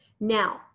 Now